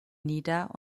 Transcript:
nieder